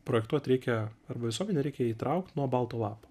projektuot reikia arba visuomenę reikia įtraukt nuo balto lapo